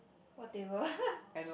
what table